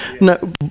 No